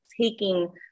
taking